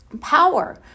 power